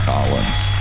Collins